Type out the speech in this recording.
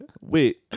Wait